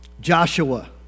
Joshua